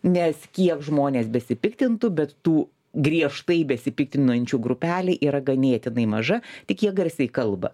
nes kiek žmonės besipiktintų bet tų griežtai besipiktinančių grupelė yra ganėtinai maža tik jie garsiai kalba